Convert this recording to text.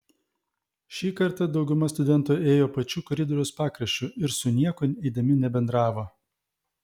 šį kartą dauguma studentų ėjo pačiu koridoriaus pakraščiu ir su niekuo eidami nebendravo